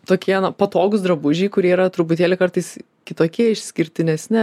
tokie na patogūs drabužiai kurie yra truputėlį kartais kitokie išskirtinesni